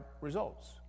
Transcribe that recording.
results